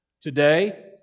Today